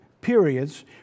periods